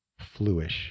fluish